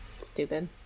stupid